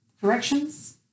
corrections